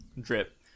drip